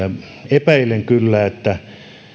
epäilen kyllä että